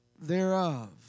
thereof